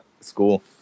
school